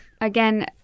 Again